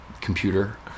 computer